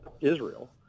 Israel